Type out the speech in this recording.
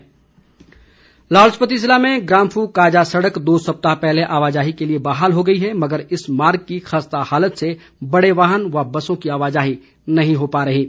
ग्रांफू काजा सड़क लाहौल स्पीति जिले में ग्रांफू काजा सड़क दो सप्ताह पहले आवाजाही के लिए बहाल हो गई है मगर इस मार्ग की खस्ता हालत से बड़े वाहन व बसों की आवाजाही नहीं हो पा रही है